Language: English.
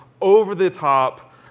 over-the-top